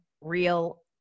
real